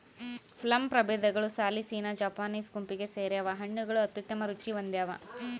plum ಪ್ರಭೇದಗಳು ಸಾಲಿಸಿನಾ Japanese ಗುಂಪಿಗೆ ಸೇರ್ಯಾವ ಹಣ್ಣುಗಳು ಅತ್ಯುತ್ತಮ ರುಚಿ ಹೊಂದ್ಯಾವ